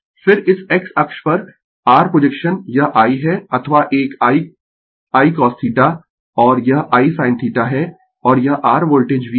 फिर इस x अक्ष पर r प्रोजेक्शन यह I है अथवा एक I Icosθ और यह I sin θ है और यह r वोल्टेज V है